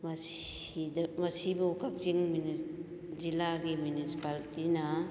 ꯃꯁꯤꯗ ꯃꯁꯤꯕꯨ ꯀꯛꯆꯤꯡ ꯖꯤꯂꯥꯒꯤ ꯃ꯭ꯌꯨꯅꯤꯁꯤꯄꯥꯂꯤꯇꯤꯅ